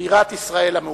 בירת ישראל המאוחדת.